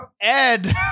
Ed